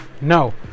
no